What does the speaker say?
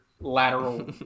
lateral